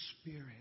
spirit